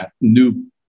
new